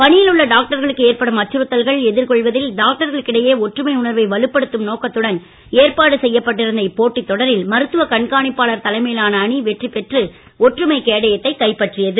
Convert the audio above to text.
பணியில் உள்ள டாக்டர்களுக்கு ஏற்படும் அச்சுறுத்தல்கள் எதிர்கொள்வதில் டாக்டர்களுக்கு இடையே ஒற்றுமை உணர்வை வலுப்படுத்தும் நோக்கத்துடன் ஏற்பாடு செய்யப்பட்டிருந்த இப்போட்டித் தொடரில் மருத்துவ கண்காணிப்பாளர் தலைமையிலான அணி வெற்றி பெற்று ஒற்றுமைக் கேடயத்தை கைப்பற்றியது